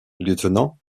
lieutenant